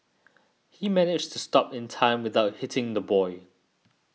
he managed to stop in time without hitting the boy